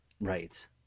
Right